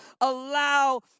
allow